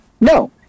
No